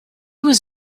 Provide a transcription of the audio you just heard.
was